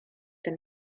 ten